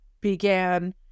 began